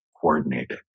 coordinated